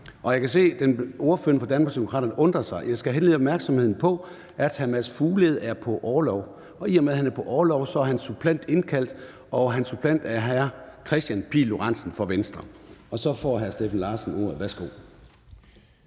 kan jeg se, at ordføreren for Danmarksdemokraterne undrer sig. Jeg skal henlede opmærksomheden på, at hr. Mads Fuglede er på orlov, og i og med at han er på orlov, er hans suppleant indkaldt, og hans suppleant er hr. Kristian Pihl Lorentzen fra Venstre. Nu får hr. Steffen Larsen ordet. Værsgo.